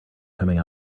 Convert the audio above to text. coming